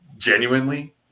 Genuinely